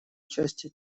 части